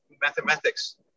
mathematics